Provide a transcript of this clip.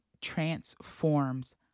transforms